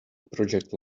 project